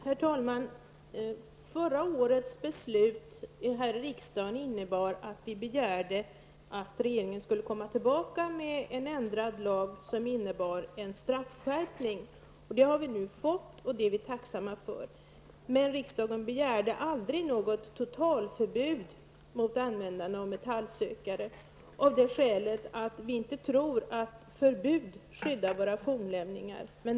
Herr talman! Förra årets beslut här i riksdagen innebär att vi begärde att regeringen skulle komma tillbaka med en ändrad lag som medförde en straffskärpning. Det har vi nu fått och det är vi tacksamma för. Men riksdagen begärde aldrig något totalförbud mot användande av metallsökare, av det skälet att vi inte tror att förbud skyddar våra fornlämningar.